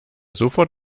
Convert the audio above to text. sofort